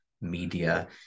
media